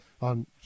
on